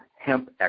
Hemp